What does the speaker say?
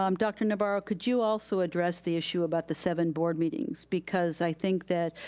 um dr. navarro, could you also address the issue about the seven board meetings, because i think that